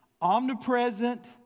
omnipresent